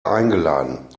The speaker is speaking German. eingeladen